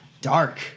dark